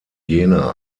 jena